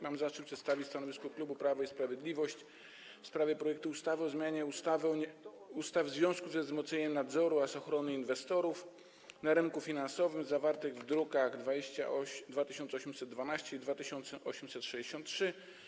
Mam zaszczyt przedstawić stanowisko klubu Prawo i Sprawiedliwość w sprawie projektu ustawy o zmianie niektórych ustaw w związku ze wzmocnieniem nadzoru oraz ochrony inwestorów na rynku finansowym, druki nr 2812 i 2863.